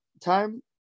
time